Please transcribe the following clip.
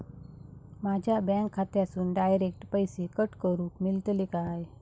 माझ्या बँक खात्यासून डायरेक्ट पैसे कट करूक मेलतले काय?